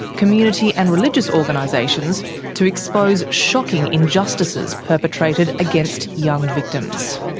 community and religious organisations to expose shocking injustices perpetrated against young victims.